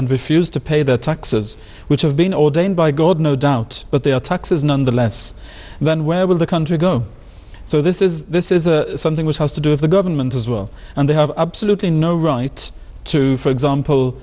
and refuse to pay their taxes which have been ordained by god no doubt but they are taxes nonetheless then where will the country go so this is this is a something which has to do of the government as well and they have absolutely no right to for example